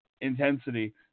intensity